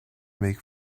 make